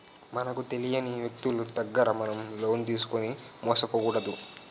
మనకు తెలియని వ్యక్తులు దగ్గర మనం లోన్ తీసుకుని మోసపోకూడదు